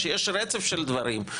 כשיש רצף של דברים,